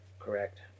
Correct